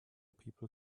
people